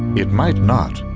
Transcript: it might not,